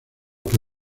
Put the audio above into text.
que